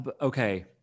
Okay